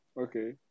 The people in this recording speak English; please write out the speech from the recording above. okay